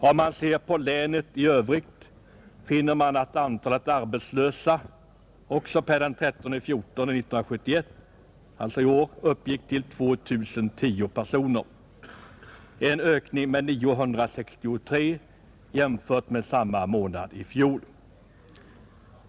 Om man ser på länet i övrigt finner man att antalet arbetslösa den 13 april 1971 uppgick till 2 010 personer — en ökning med 963 jämfört med samma månad i fjol.